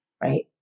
right